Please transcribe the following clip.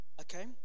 Okay